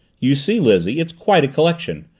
you see, lizzie, it's quite a collection.